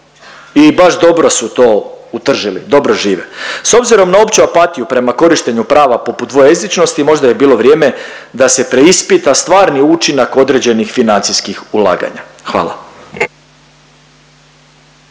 i baš dobro su to utržili, dobro žive. S obzirom na opću apatiju prema korištenju prava poput dvojezičnosti možda bi bilo vrijeme da se preispita stvarni učinak određenih financijskih ulaganja. Hvala.